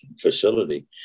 facility